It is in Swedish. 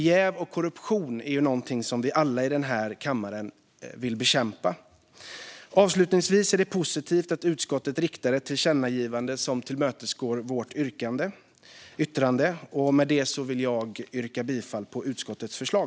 Jäv och korruption är ju någonting som vi alla i den här kammaren vill bekämpa. Det är positivt att utskottet riktar ett tillkännagivande som tillmötesgår vårt yttrande. Med det vill jag yrka bifall till utskottets förslag.